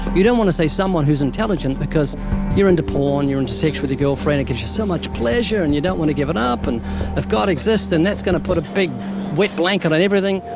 you don't want to say someone who's intelligent, because you're into porn, you're into sex with your girlfriend. it gives you so much pleasure and you don't want to give it up. and if god exists, then that's going to put a big wet blanket on everything.